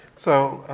so